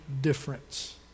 difference